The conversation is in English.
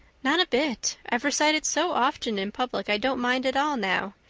not a bit. i've recited so often in public i don't mind at all now.